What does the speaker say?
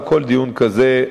וכל דיון כזה,